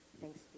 Thanks